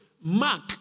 Mark